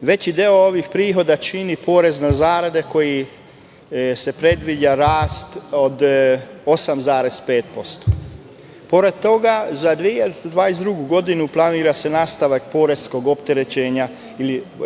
Veći deo ovih prihoda čini porez na zarade koji se predviđa rast od 8,5%.Pored toga, za 2022. godinu planira se nastavak poreskog